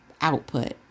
output